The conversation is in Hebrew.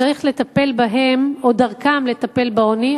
שצריך לטפל בהן, או דרכן לטפל בעוני.